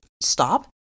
stop